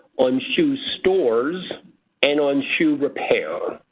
on shoe stores and on shoe repair.